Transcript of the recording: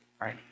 right